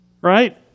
Right